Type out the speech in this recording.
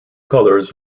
colours